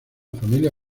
familia